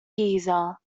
geezer